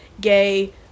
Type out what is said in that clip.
gay